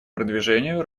продвижению